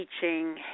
teaching